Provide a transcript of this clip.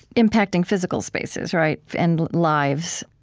impacting physical spaces, right? and lives.